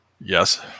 Yes